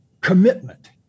commitment